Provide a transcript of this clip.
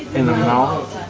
in the mouth